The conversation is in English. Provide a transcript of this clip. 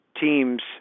teams